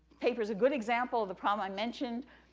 paper is a good example of the problem i mentioned,